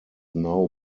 now